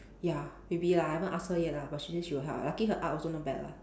ya maybe lah I haven't ask her yet lah but she say she will help lah lucky her art also not bad lah